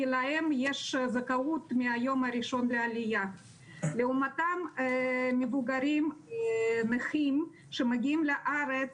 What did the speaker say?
כי להם יש זכאות מהיום הראשון לעליה לעומתם מבוגרים נכים שמגיעים לארץ,